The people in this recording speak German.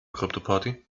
kryptoparty